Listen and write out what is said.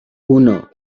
uno